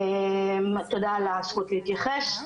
תודה על הזכות להתייחס.